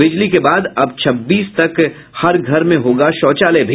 बिजली के बाद अब छब्बीस तक हर घर में होगा शौचालय भी